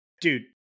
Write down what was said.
dude